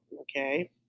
Okay